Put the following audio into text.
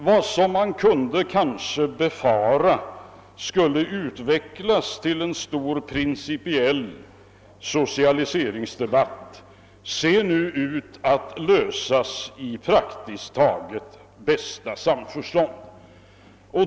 Det som man kunde befara skulle utvecklas till en stor principiell socialiseringsdebatt ser nu ut att sluta i bästa samförstånd.